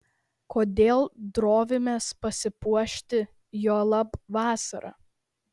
kodėl drovimės pasipuošti juolab vasarą